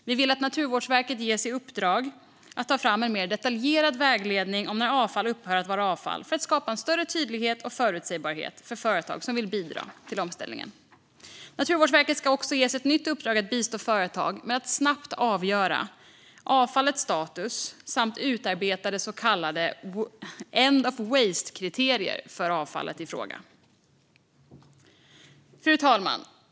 Vi vill att Naturvårdsverket ska ges i uppdrag att ta fram en mer detaljerad vägledning om när avfall upphör att vara avfall för att skapa en större tydlighet och förutsägbarhet för företag som vill bidra till omställningen. Naturvårdsverket ska ges ett nytt uppdrag att bistå företag med att snabbt avgöra avfallets status samt utarbeta så kallade end of waste-kriterier för avfallet i fråga. Fru talman!